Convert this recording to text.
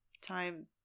time